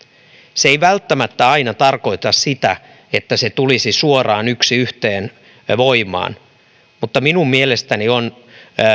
se ei välttämättä aina tarkoita sitä että se tulisi suoraan yksi yhteen voimaan mutta minun mielestäni on